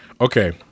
Okay